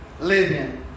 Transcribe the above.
living